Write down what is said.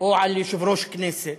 או על יושב-ראש הכנסת